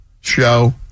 show